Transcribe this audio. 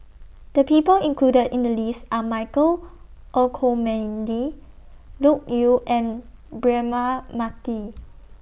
The People included in The list Are Michael Olcomendy Loke Yew and Braema Mathi